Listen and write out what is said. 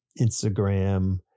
Instagram